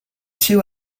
two